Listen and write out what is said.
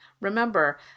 Remember